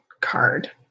card